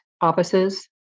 offices